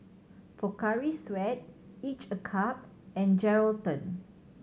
Pocari Sweat Each a Cup and Geraldton